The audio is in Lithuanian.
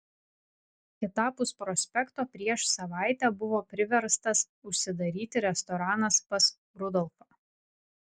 kitapus prospekto prieš savaitę buvo priverstas užsidaryti restoranas pas rudolfą